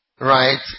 Right